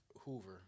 Hoover